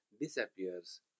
disappears